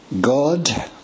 God